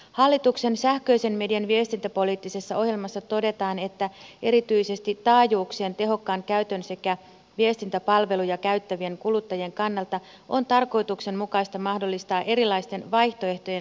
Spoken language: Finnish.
hallituksen sähköisen median viestintäpoliittisessa ohjelmassa todetaan että erityisesti taajuuksien tehokkaan käytön sekä viestintäpalveluja käyttävien kuluttajien kannalta on tarkoituksenmukaista mahdollistaa erilaisten vaihtoehtojen laaja tarjonta